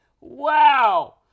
wow